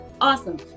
awesome